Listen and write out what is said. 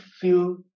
feel